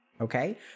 okay